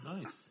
Nice